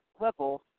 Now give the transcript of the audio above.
level